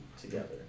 together